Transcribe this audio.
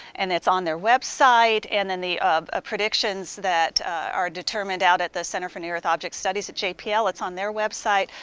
and it's on their website, and then the predictions that are determined out at the center for near earth objects studies at jpl, it's on their website.